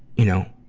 you know,